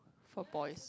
for boys